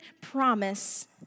promise